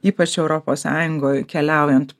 ypač europos sąjungoj keliaujant